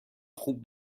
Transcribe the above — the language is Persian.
خوب